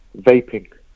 vaping